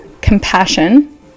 compassion